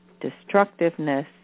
destructiveness